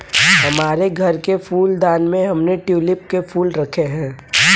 हमारे घर के फूलदान में हमने ट्यूलिप के फूल रखे हैं